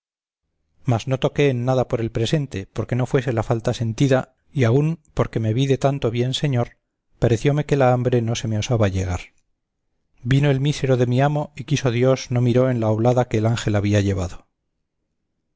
mas no toqué en nada por el presente porque no fuese la falta sentida y aun porque me vi de tanto bien señor parecióme que la hambre no se me osaba allegar vino el mísero de mi amo y quiso dios no miró en la oblada que el ángel había llevado